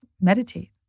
meditate